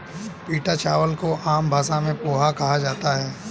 पीटा चावल को आम भाषा में पोहा कहा जाता है